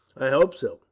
i hope so,